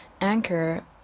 Anchor